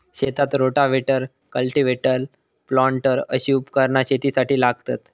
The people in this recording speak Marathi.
शेतात रोटाव्हेटर, कल्टिव्हेटर, प्लांटर अशी उपकरणा शेतीसाठी लागतत